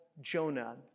Jonah